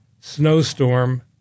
Snowstorm